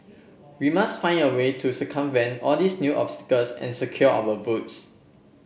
we must find a way to circumvent all these new obstacles and secure our votes